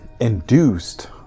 induced